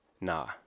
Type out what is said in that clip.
Nah